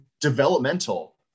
developmental